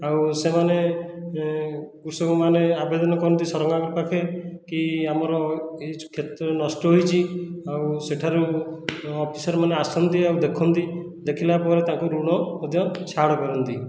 ଆଉ ସେମାନେ କୃଷକମାନେ ଆବେଦନ କରନ୍ତି ସରକାରଙ୍କ ପାଖେ କି ଆମର ଏହି କ୍ଷେତ ନଷ୍ଟ ହୋଇଛି ଆଉ ସେଠାରୁ ଅଫିସର ମାନେ ଆସନ୍ତି ଆଉ ଦେଖନ୍ତି ଦେଖିଲା ପରେ ତାଙ୍କୁ ଋଣ ମଧ୍ୟ ଛାଡ଼ କରନ୍ତି